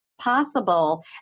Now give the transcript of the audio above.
possible